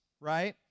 right